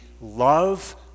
love